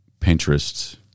Pinterest